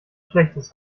schlechtes